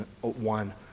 one